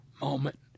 moment